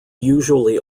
usually